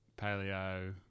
paleo